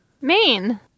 Maine